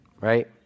right